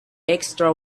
extra